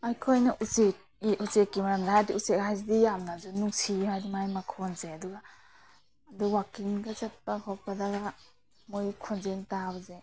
ꯑꯩꯈꯣꯏꯅ ꯎꯆꯦꯛꯀꯤ ꯎꯆꯦꯛꯀꯤ ꯃꯔꯝꯗ ꯍꯥꯏꯔꯗꯤ ꯎꯆꯦꯛ ꯍꯥꯏꯁꯤꯗꯤ ꯌꯥꯝꯅꯁꯨ ꯅꯨꯡꯁꯤ ꯍꯥꯏꯗꯤ ꯃꯥꯏ ꯃꯈꯣꯟꯁꯦ ꯑꯗꯨꯒ ꯑꯗꯨ ꯋꯥꯛꯀꯤꯡꯒ ꯆꯠꯄ ꯈꯣꯠꯄꯗꯒ ꯃꯣꯏꯒꯤ ꯈꯣꯟꯖꯦꯟ ꯇꯥꯕꯁꯦ